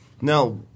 Now